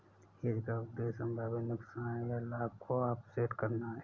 hedge का उद्देश्य संभावित नुकसान या लाभ को ऑफसेट करना है